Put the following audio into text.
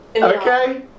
Okay